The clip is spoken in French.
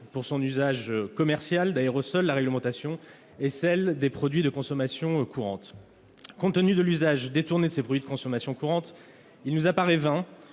Pour son usage commercial d'aérosol, la réglementation est celle des produits de consommation courante. Compte tenu de l'usage détourné de ces produits de consommation courante, il nous apparaît vain